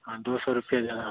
हाँ दो सौ रुपये ज़्यादा